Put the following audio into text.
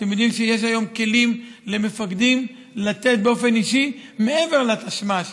אתם יודעים שיש היום כלים למפקדים לתת באופן אישי מעבר לתשמ"ש.